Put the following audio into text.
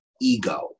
ego